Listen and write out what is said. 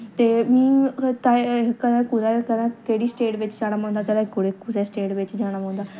ते में कदें कुदै ते कदें केह्ड़ी स्टेट बिच्च जाना पौंदा कदें कुसै स्टेट बिच्च जाना पौंदा